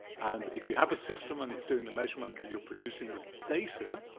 and if you have a system and it's doing the measurement and you're producing the data,